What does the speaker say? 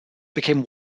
became